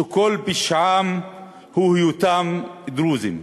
שכל פשעם הוא היותם דרוזים.